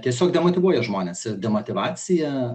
tiesiog demotyvuoja žmones ir demotyvacija